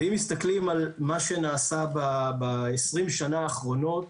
אם מסתכלים על מה שנעשה ב-20 שנה האחרונות,